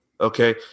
Okay